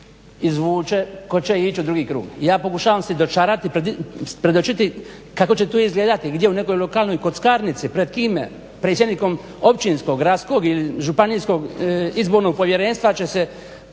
izvuče tko će ići u drugi krug. Ja pokušavam si dočarati, predočiti kako će to izgledati, gdje u nekoj lokalnoj kockarnici pred kime, pred općinskog, gradskog ili izbornog povjerenstva će se